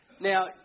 Now